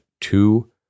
two